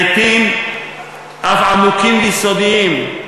לעתים אף עמוקים ויסודיים,